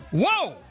Whoa